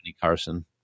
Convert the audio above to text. Carson